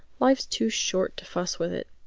life's too short to fuss with it.